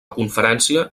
conferència